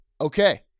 Okay